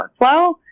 workflow